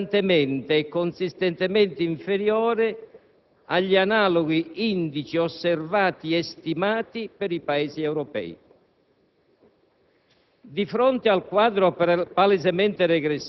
un *trend* di crescita costantemente e consistentemente inferiore agli analoghi indici osservati e stimati per i Paesi europei.